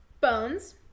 bones